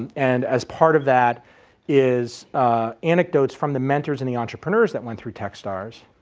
and and as part of that is anecdotes from the mentors and the entrepreneurs that went through techstars.